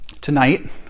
tonight